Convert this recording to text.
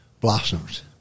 blossoms